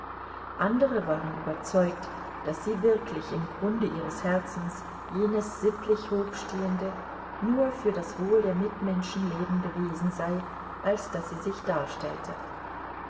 andere waren überzeugt daß sie wirklich im grunde ihres herzens jenes sittlich hochstehende nur für das wohl der mitmenschen lebende wesen sei als das sie sich darstellte